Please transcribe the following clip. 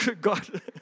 God